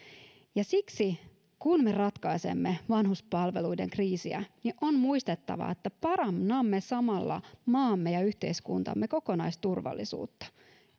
ja siksi kun me ratkaisemme vanhuspalveluiden kriisiä on muistettava että parannamme samalla maamme ja yhteiskuntamme kokonaisturvallisuutta